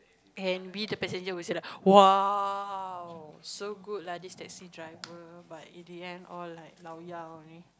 and be the passenger will say like !wow! so good lah this taxi driver but in the end all like laoya only